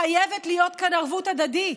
חייבת להיות כאן ערבות הדדית.